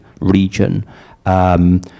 region